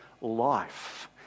life